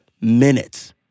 minutes